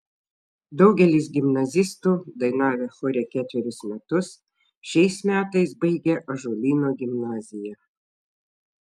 daugelis gimnazistų dainavę chore ketverius metus šiais metais baigia ąžuolyno gimnaziją